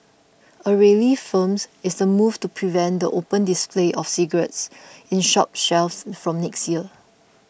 already firm is the move to prevent the open display of cigarettes in shop shelves from next year